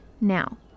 Now